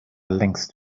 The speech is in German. längst